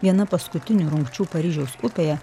viena paskutinių rungčių paryžiaus upėje